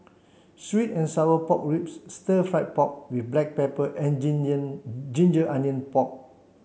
sweet and sour pork ribs stir fry pork with black pepper and ginger ginger onion pork